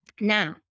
Now